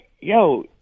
yo